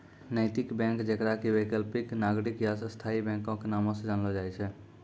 नैतिक बैंक जेकरा कि वैकल्पिक, नागरिक या स्थायी बैंको के नामो से जानलो जाय छै